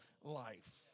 life